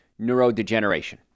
neurodegeneration